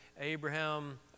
Abraham